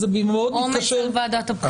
עומס על ועדת הבחירות.